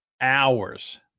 hours